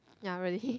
ya really